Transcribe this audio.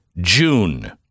June